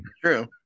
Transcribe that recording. True